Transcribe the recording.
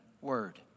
word